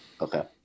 Okay